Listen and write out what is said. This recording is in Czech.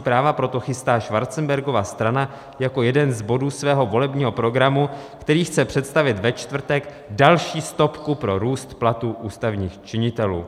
Práva proto chystá Schwarzenbergova strana jako jeden z bodů svého volebního programu, který chce představit ve čtvrtek, další stopku pro růst platů ústavních činitelů.